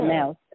else